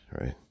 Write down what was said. right